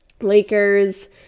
Lakers